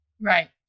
Right